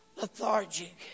lethargic